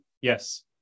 Yes